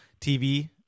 TV